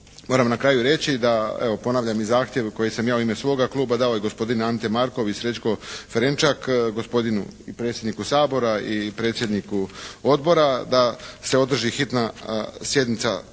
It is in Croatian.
moram na kraju reći da evo ponavljam i zahtjev koji sam ja u ime svoga kluba dao i gospodin Ante Markov i Srećko Ferenčak gospodinu i predsjedniku Sabora i predsjedniku odbora da se održi hitna sjednica, izvanredna